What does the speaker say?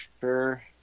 sure